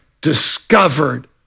discovered